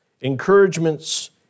Encouragements